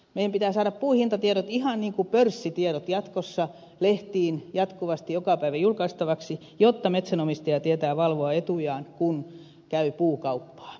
meidän pitää saada puun hintatiedot ihan niin kuin pörssitiedot jatkossa lehtiin jatkuvasti joka päivä julkaistavaksi jotta metsänomistaja tietää valvoa etujaan kun käy puukauppaa